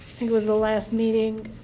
think it was the last meeting,